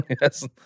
Yes